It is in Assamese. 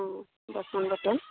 অঁ বাচন বৰ্তন